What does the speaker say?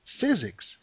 Physics